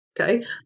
Okay